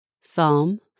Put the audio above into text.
Psalm